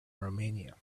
romania